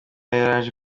yaraje